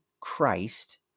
Christ